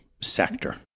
sector